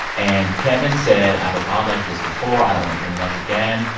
and kevin said, i've apologized for this before i don't want to bring it up again.